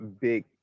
big